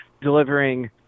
delivering